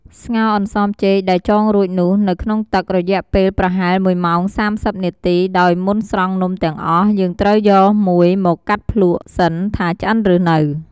ស្ងោរអន្សមចេកដែលចងរួចនោះនៅក្នុងទឹក រយៈពេលប្រហែល ១ម៉ោង៣០នាទី ដោយមុនស្រង់នំទាំងអស់ យើងត្រូវយកមួយមកកាត់ភ្លក្សសិនថាឆ្អិនឬនៅ។